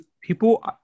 people